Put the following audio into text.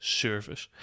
service